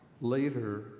later